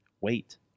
wait